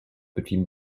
between